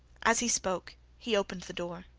as he spoke, he opened the door.